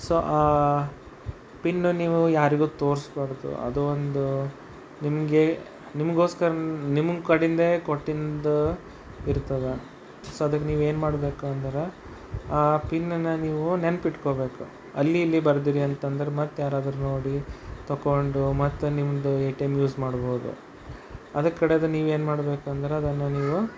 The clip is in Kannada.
ಸೊ ಆ ಪಿನ್ ನೀವು ಯಾರಿಗೂ ತೋರಿಸ್ಬಾರ್ದು ಅದು ಒಂದು ನಿಮಗೆ ನಿಮಗೋಸ್ಕರ ನಿಮಗೆ ಕಡೆಂದೆ ಕೊಟ್ಟಿದ್ದು ಇರ್ತದೆ ಸೊ ಅದಕ್ಕೆ ನೀವು ಏನು ಮಾಡ್ಬೇಕು ಅಂದರೆ ಆ ಪಿನ್ನನ್ನು ನೀವು ನೆನಪು ಇಟ್ಕೊಬೇಕು ಅಲ್ಲಿ ಇಲ್ಲಿ ಬರ್ದಿರಿ ಅಂತಂದ್ರೆ ಮತ್ತೆ ಯಾರಾದ್ರು ನೋಡಿ ತೊಗೊಂಡು ಮತ್ತೆ ನಿಮ್ಮದು ಎ ಟಿ ಎಮ್ ಯೂಸ್ ಮಾಡಬಹುದು ಅದ ಕಡೆದ್ದು ನೀವು ಏನು ಮಾಡಬೇಕು ಅಂದ್ರೆ ಅದನ್ನು ನೀವು